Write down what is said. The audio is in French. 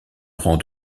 rang